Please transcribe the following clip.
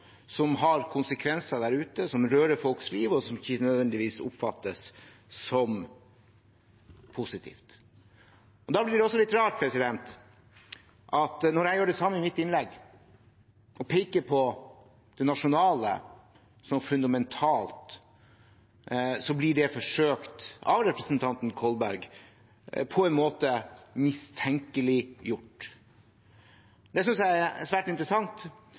som har konsekvenser der ute, som rører folks liv, og som ikke nødvendigvis oppfattes som positivt. Da blir det litt rart at når jeg gjør det samme i mitt innlegg og peker på det nasjonale som fundamentalt, blir det av representanten Kolberg på en måte forsøkt mistenkeliggjort. Det synes jeg er svært interessant,